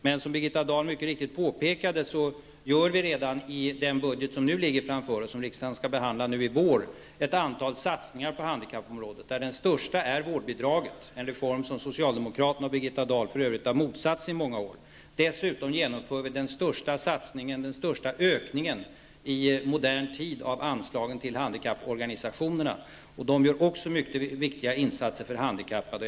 Men som Birgitta Dahl mycket riktigt påpekade gör vi redan i den budget som nu ligger framför oss och som riksdagen skall behandla i vår ett antal satsningar på handikappområdet. Den största satsningen gäller vårdbidraget, en reform som socialdemokraterna och Birgitta Dahl för övrigt har motsatt sig i många år. Dessutom genomför vi den största ökningen i modern tid av anslagen till handikapporganisationerna, som också gör mycket viktiga insatser för handikappade.